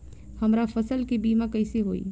हमरा फसल के बीमा कैसे होई?